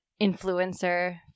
influencer